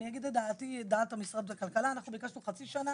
משרד הכלכלה ביקש חצי שנה.